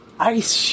Ice